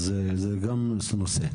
אז זה גם נושא.